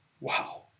Wow